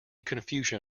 confusion